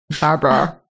Barbara